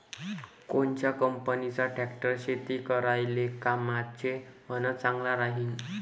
कोनच्या कंपनीचा ट्रॅक्टर शेती करायले कामाचे अन चांगला राहीनं?